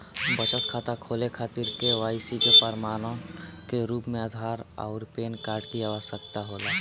बचत खाता खोले खातिर के.वाइ.सी के प्रमाण के रूप में आधार आउर पैन कार्ड की आवश्यकता होला